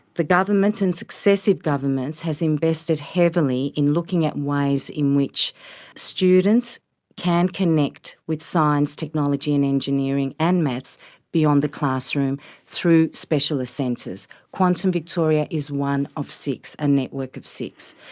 the government and successive governments has invested heavily in looking at ways in which students can connect with science, technology and engineering and maths beyond the classroom through specialist centres. quantum victoria is one of six, a network of six.